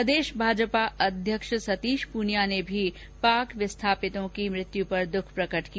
प्रदेश भाजपा अध्यक्ष सतीश पूनिया ने भी पाक विस्थापितों की मृत्यु पर दुख प्रकट किया